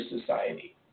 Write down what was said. society